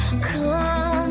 Come